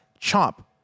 chomp